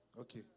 Okay